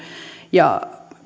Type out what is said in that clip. ja